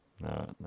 No